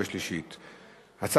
נתקבלה.